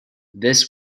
this